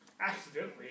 accidentally